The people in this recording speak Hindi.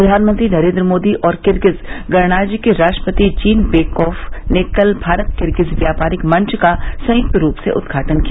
प्रधानमंत्री नरेन्द्र मोदी और किर्गिज गणराज्य के राष्ट्रपति जीनबेकोफ ने कल भारत किर्गिज व्यापारिक मंच का संयुक्त रूप से उद्घाटन किया